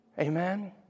Amen